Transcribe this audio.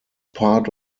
part